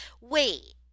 wait